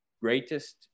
greatest